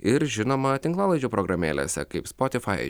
ir žinoma tinklalaidžių programėlėse kaip spotifai